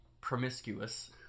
promiscuous